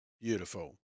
Beautiful